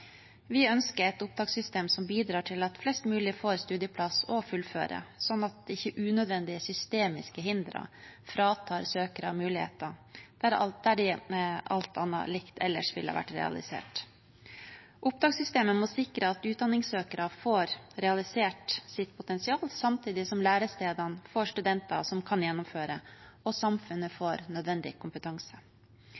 Vi ønsker et opptakssystem som bidrar til at flest mulig får studieplass og fullfører, slik at ikke unødvendige systemiske hindre fratar søkere muligheter der alt annet likt ellers ville vært realisert. Opptakssystemet må sikre at utdanningssøkere får realisert sitt potensial, samtidig som lærestedene får studenter som kan gjennomføre og samfunnet